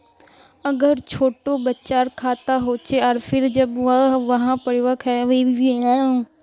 अगर छोटो बच्चार खाता होचे आर फिर जब वहाँ परिपक है जहा ते वहार खातात पैसा कुंसम करे वस्बे?